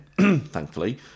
Thankfully